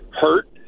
hurt